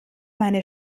meine